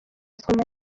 stromae